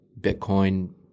Bitcoin